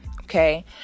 Okay